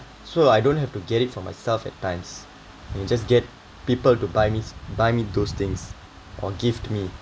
so I don't have to get it for myself at times and you just get people to buy me buy me those things or give me